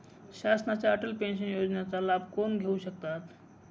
शासनाच्या अटल पेन्शन योजनेचा लाभ कोण घेऊ शकतात?